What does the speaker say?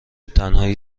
تنهایی